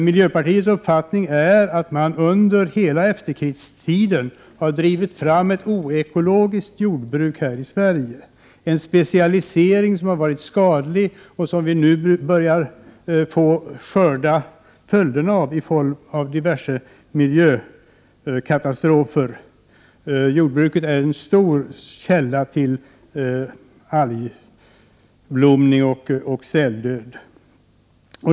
Miljöpartiets uppfattning är att man under hela efterkrigstiden har drivit fram ett oekologiskt jordbruk här i Sverige, en specialisering som har varit skadlig och som vi nu börjar skörda följderna av i form av diverse miljökatastrofer. Jordbruket är en stor källa till algblomning och säldöd.